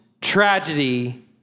tragedy